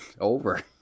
over